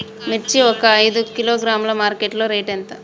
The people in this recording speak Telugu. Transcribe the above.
మిర్చి ఒక ఐదు కిలోగ్రాముల మార్కెట్ లో రేటు ఎంత?